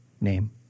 name